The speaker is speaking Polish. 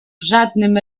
żadnym